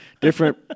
different